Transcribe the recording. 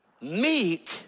meek